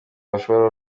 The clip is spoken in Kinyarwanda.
bashobora